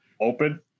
open